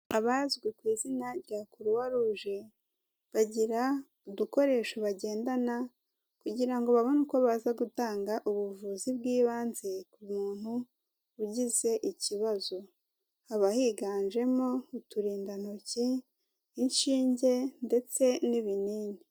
Abazwi ku izina rya Croix rouge bagira udukoresho bagendana kugira ngo babone uko baza gutanga ubuvuzi bw'ibanze ku muntu ugize ikibazo, haba higanjemo uturindantoki, inshinge ndetse n'ibinini.